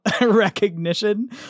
recognition